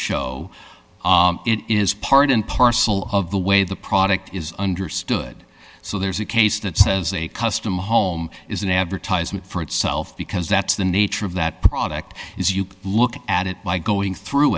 show it is part and parcel of the way the product is understood so there's a case that says a custom home is an advertisement for itself because that's the nature of that product as you look at it by going through